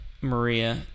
Maria